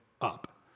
up